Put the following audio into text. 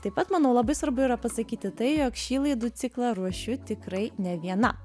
taip pat manau labai svarbu yra pasakyti tai jog šį laidų ciklą ruošiu tikrai ne viena